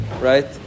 right